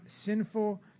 sinful